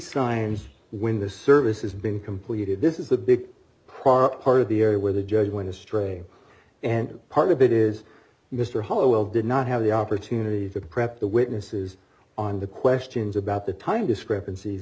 science when the service has been completed this is a big problem part of the area where the judge went astray and part of it is mr hollow well did not have the opportunity to prep the witnesses on the questions about the time discrepanc